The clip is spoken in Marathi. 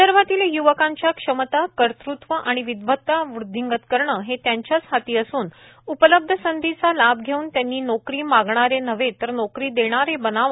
विदर्भातील यूवकांच्या क्षमता कर्तृत्व आणि विदवता वृदधिगंत करणे हे त्यांच्याच हाती असून उपलब्ध संधीचा लाभ घेऊन त्यांनी नोकरी मागणारे नव्हे तर नोकरी देणारे बनाव